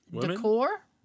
decor